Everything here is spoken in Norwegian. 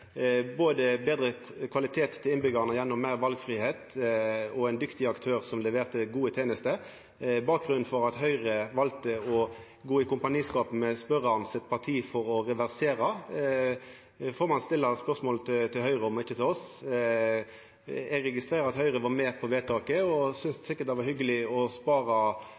betre kvalitet til innbyggjarane gjennom meir valfridom og ein dyktig aktør som leverte gode tenester. Bakgrunnen for at Høgre valde å gå i kompaniskap med partiet til spørjaren for å reversera dette, får ein stilla spørsmål om til Høgre og ikkje til oss. Eg registrerer at Høgre var med på vedtaket, og dei syntest sikkert at det var hyggeleg å spara